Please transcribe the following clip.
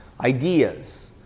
ideas